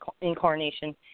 incarnation